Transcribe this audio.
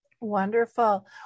Wonderful